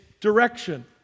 direction